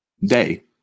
Day